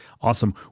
Awesome